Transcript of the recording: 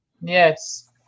Yes